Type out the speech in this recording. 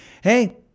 hey